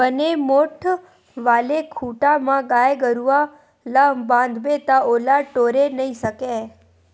बने मोठ्ठ वाले खूटा म गाय गरुवा ल बांधबे ता ओला टोरे नइ सकय